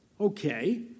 Okay